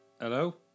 Hello